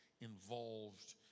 involved